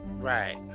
Right